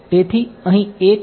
તેથી અહીં 1 છે